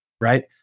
right